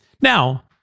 Now